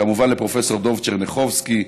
כמובן לפרופ' דב טשרניחובסקי,